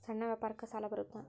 ಸಣ್ಣ ವ್ಯಾಪಾರಕ್ಕ ಸಾಲ ಬರುತ್ತಾ?